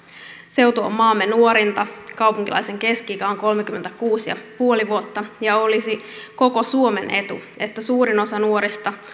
seutu on maamme nuorinta kaupunkilaisten keski ikä on kolmekymmentäkuusi pilkku viisi vuotta ja olisi koko suomen etu että suurin osa nuorista